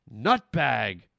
Nutbag